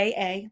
AA